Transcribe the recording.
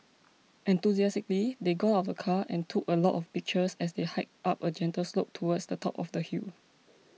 enthusiastically they got out of the car and took a lot of pictures as they hiked up a gentle slope towards the top of the hill